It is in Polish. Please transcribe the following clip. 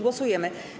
Głosujemy.